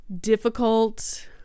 difficult